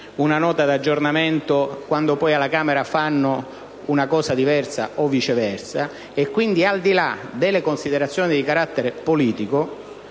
una Nota di aggiornamento, quando poi alla Camera fanno qualcosa di diverso, o viceversa. Al di là delle considerazioni di carattere politico,